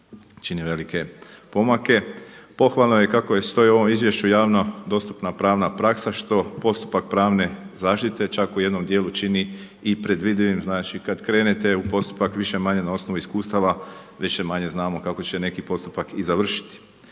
čini velike pomake. Pohvalno je i kako stoji u ovom izvješću javno dostupna pravna praksa što postupak pravne zaštite čak u jednom dijelu čini i predvidivim, znači kad krenete u postupak više-manje na osnovu iskustava više-manje znamo kako će neki postupak i završiti.